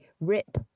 rip